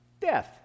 death